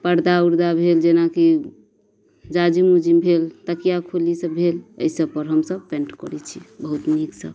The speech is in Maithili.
पर्दा उर्दा भेल जेनाकि जाजिम उजिम भेल तकिया खोली सब भेल अइ सबपर हमसब पेंट करय छी बहुत नीक सब